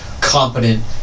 competent